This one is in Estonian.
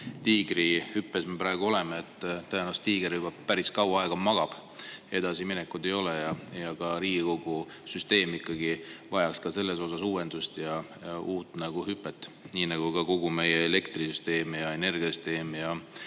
tiigrihüppes me praegu oleme. Tõenäoliselt tiiger juba päris kaua aega magab, edasiminekut ei ole. Ja ka Riigikogu süsteem ikkagi vajaks uuendamist ja uut hüpet, nii nagu kogu meie elektrisüsteem ja energiasüsteem ja